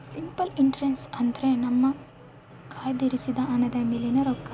simple interest ಅಂದ್ರೆ ನಮ್ಮ ಕಯ್ದಿರಿಸಿದ ಹಣದ ಮೇಲಿನ ರೊಕ್ಕ